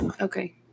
Okay